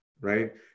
right